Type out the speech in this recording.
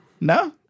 No